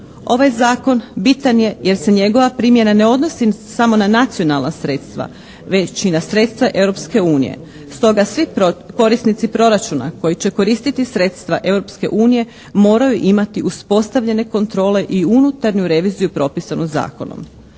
Ovaj zakon bitan je jer se njegova primjena ne odnosi samo na nacionalna sredstva već i na sredstva Europske unije. Stoga, svi korisnici proračuna koji će koristiti sredstva Europske unije moraju imati uspostavljene kontrole i unutarnju reviziju propisanu zakonom.